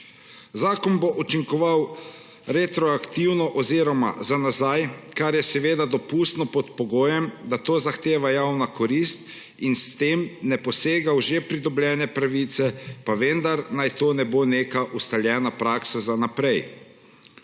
Zakon bo učinkoval retroaktivno oziroma za nazaj, kar je seveda dopustno pod pogojem, da to zahteva javna korist in se s tem ne posega v že pridobljene pravice. Pa vendar naj to ne bo neka ustaljena praksa za naprej.